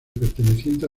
perteneciente